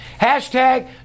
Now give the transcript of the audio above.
Hashtag